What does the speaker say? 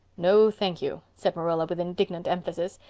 no, thank you, said marilla, with indignant emphasis.